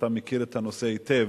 אתה מכיר את הנושא היטב,